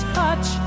touch